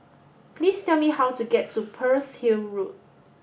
please tell me how to get to Pearl's Hill Road